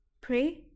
pray